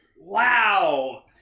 wow